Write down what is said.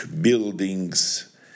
buildings